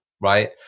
right